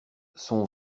son